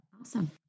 Awesome